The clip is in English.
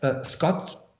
Scott